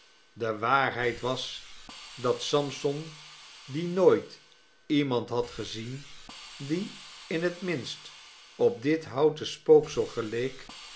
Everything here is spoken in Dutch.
de waarheid was dat sampson die nooit iemand had gezien die in het minste op dit houten spooksel geleek